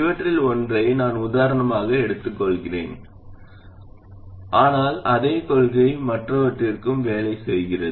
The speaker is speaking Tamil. இவற்றில் ஒன்றை நான் உதாரணமாக எடுத்துக்கொள்கிறேன் ஆனால் அதே கொள்கை மற்றவற்றிற்கும் வேலை செய்கிறது